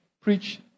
preach